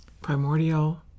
primordial